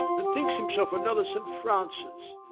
and thinks himself another st. francis.